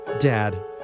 Dad